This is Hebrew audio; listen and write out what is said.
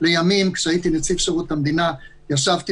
ולימים כשהייתי נציב שירות המדינה ישבתי